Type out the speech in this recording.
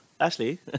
ashley